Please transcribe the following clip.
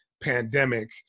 pandemic